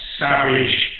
Savage